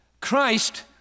Christ